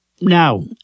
Now